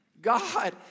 God